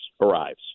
arrives